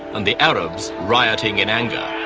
and the arabs rioting in anger.